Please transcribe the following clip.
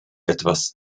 etwas